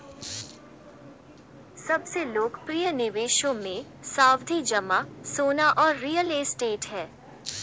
सबसे लोकप्रिय निवेशों मे, सावधि जमा, सोना और रियल एस्टेट है